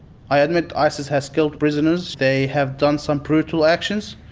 i admit isis has killed prisoners. they have done some brutal actions.